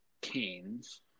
Canes